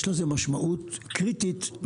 יש לזה משמעות קריטית.